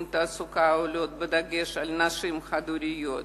תעסוקת עולות בדגש על נשים חד-הוריות,